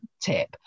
tip